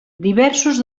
diversos